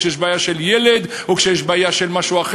כשיש בעיה של ילד או כשיש בעיה אחרת,